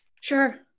Sure